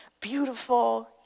beautiful